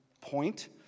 point